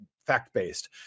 Fact-based